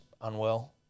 unwell